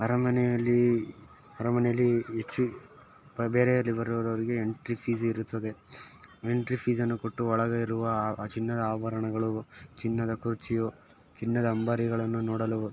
ಅರಮನೆಯಲ್ಲಿ ಅರಮನೆಯಲ್ಲಿ ಹೆಚ್ಚು ಬ ಬೇರೆ ಅಲ್ಲಿ ಬರೋರ್ಗೆ ಎಂಟ್ರಿ ಫೀಸ್ ಇರುತ್ತದೆ ಎಂಟ್ರಿ ಫೀಸನ್ನು ಕೊಟ್ಟು ಒಳಗಿರುವ ಚಿನ್ನದ ಆಭರಣಗಳು ಚಿನ್ನದ ಕುರ್ಚಿಯು ಚಿನ್ನದ ಅಂಬಾರಿಗಳನ್ನು ನೋಡಲು